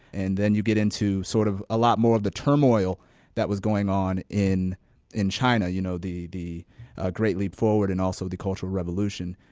and then you get into sort of a lot more of the turmoil that was going on in in china, you know, the the great leap forward, and also the cultural revolution.